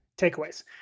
takeaways